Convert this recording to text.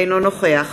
אינו נוכח